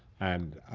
and